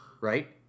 right